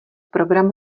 program